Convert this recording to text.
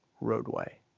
roadway